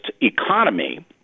economy